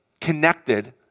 connected